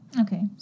Okay